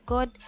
God